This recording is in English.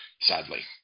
sadly